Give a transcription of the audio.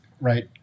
right